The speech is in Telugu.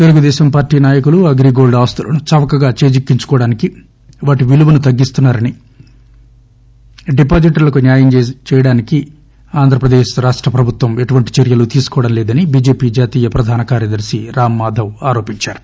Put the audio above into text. తెలుగుదేశం పార్టీ నాయకులు అగ్రీగోల్డ్ ఆస్తులను చవకగా చేజిక్కించుకోవడానికి వాటి విలువ తగ్గిస్తున్నారని డిపాజిటర్లకు న్యాయం చేయడానికి ప్రభుత్వం చర్యలు తీసుకోవడం లేదని బిజెపి జాతీయ ప్రధాన కార్యదర్శి రామ్మాధవ్ ఆరోపించారు